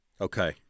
Okay